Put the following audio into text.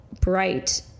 bright